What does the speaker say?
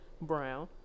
Brown